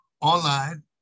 online